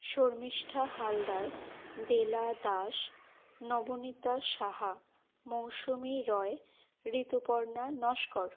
Sharmistha Haldar Bela Das Nabanita Saha Mousumi Roy Rituparna Naskar